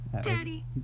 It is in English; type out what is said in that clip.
daddy